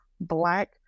black